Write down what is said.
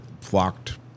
flocked